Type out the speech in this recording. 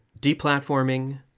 deplatforming